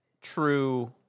true